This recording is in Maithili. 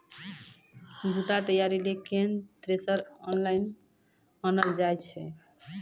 बूटा तैयारी ली केन थ्रेसर आनलऽ जाए?